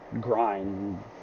grind